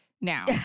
Now